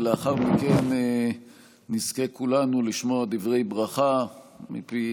ולאחר מכן נזכה כולנו לשמוע דברי ברכה מפי